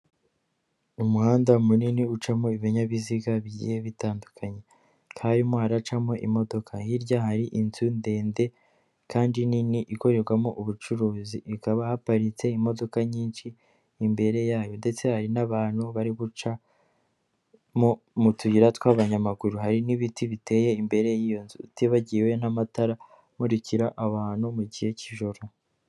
Umuhanda munini ucamo ibinyabiziga bigiye bitandukanye, karimo haracamo imodoka, hirya hari inzu ndende kandi nini ikorerwamo ubucuruzi, ikaba haparitse imodoka nyinshi imbere yayo ndetse hari n'abantu bari guca mu tuyira tw'abanyamaguru, hari n'ibiti biteye imbereiyo nzu, utibagiwe n'amatara amukira abantu mu gihe cy'ijoro.